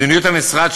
מדיניות המשרד,